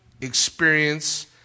experience